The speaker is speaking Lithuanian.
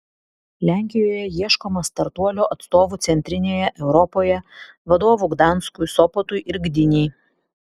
lenkijoje ieškoma startuolio atstovų centrinėje europoje vadovų gdanskui sopotui ir gdynei